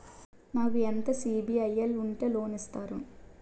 నాకు ఎంత సిబిఐఎల్ ఉంటే లోన్ ఇస్తారు?